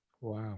wow